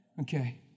Okay